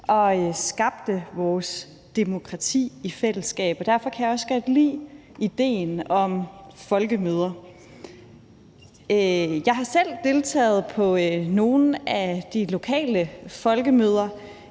og skabte vores demokrati i fællesskab. Derfor kan jeg også godt lide idéen om folkemøder. Jeg har selv deltaget på nogle af de lokale folkemøder.